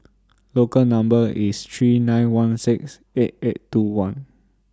Local Number IS three nine one six eight eight two one